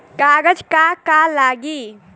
कागज का का लागी?